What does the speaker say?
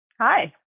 Hi